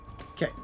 Okay